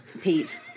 Pete